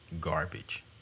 garbage